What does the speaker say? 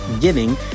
giving